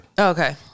Okay